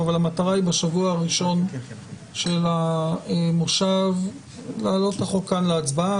אבל המטרה היא בשבוע הראשון של המושב להעלות את החוק כאן להצבעה,